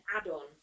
add-on